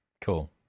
Cool